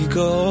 go